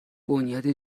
بنیاد